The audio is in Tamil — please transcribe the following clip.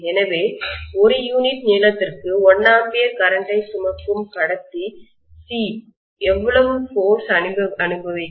எனவே ஒரு யூனிட் நீளத்திற்கு 1 A கரண்ட்டை மின்னோட்டத்தை சுமக்கும் கடத்தி C எவ்வளவு ஃபோர்ஸ் சக்தி அனுபவிக்கும்